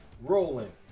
rolling